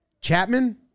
Chapman